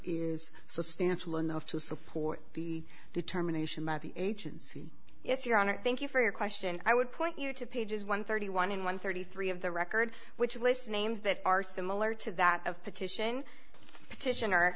is substantial enough to support the determination that the agency yes your honor thank you for your question i would point you to pages one thirty one and one thirty three of the record which lists names that are similar to that of petition petition or